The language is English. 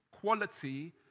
quality